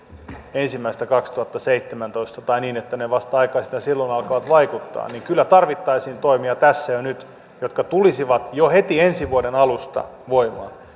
ensimmäistä kaksituhattaseitsemäntoista tai niin että ne vasta aikaisintaan silloin alkavat vaikuttaa niin kyllä tarvittaisiin tässä ja nyt toimia jotka tulisivat jo heti ensi vuoden alusta voimaan